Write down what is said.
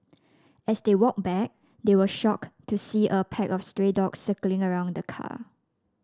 as they walked back they were shocked to see a pack of stray dogs circling around the car